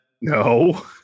No